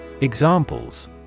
Examples